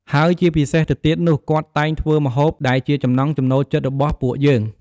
ហើយជាពិសេសទៅទៀតនោះ គាត់តែងធ្វើម្ហូបដែលជាចំណង់ចំណូលចិត្តរបស់ពួកយើង។